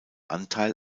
anteil